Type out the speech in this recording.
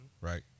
right